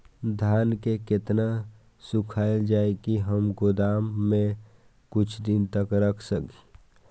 धान के केतना सुखायल जाय की हम गोदाम में कुछ दिन तक रख सकिए?